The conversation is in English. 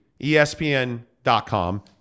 ESPN.com